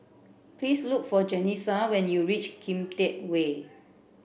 please look for Janessa when you reach Kian Teck Way